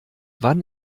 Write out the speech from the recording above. wann